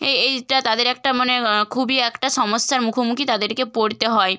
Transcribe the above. এই এটা তাদের একটা মনে খুবই একটা সমস্যার মুখোমুখি তাদেরকে পড়তে হয়